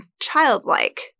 childlike